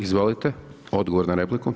Izvolite odgovor na repliku.